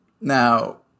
Now